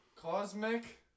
Cosmic